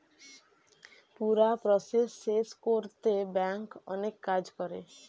পুরা প্রসেস শেষ কোরতে ব্যাংক অনেক কাজ করে